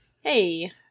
Hey